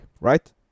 right